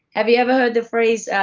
have you ever heard the phrase,